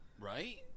right